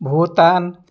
Bhutan